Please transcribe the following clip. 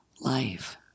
life